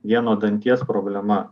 vieno danties problema